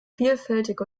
vielfältig